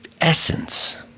essence